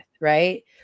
right